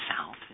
south